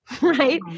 right